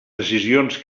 decisions